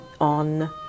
on